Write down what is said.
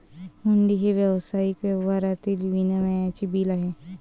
हुंडी हे व्यावसायिक व्यवहारातील विनिमयाचे बिल आहे